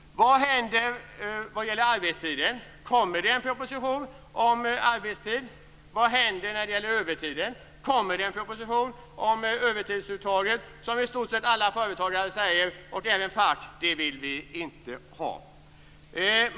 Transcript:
Vad händer vad gäller arbetstiden? Kommer det en proposition om arbetstid? Vad händer när det gäller övertiden? Kommer det en proposition om övertidsuttaget, om vilket i stort sett alla företagare och även facket säger att man inte vill ha?